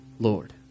Lord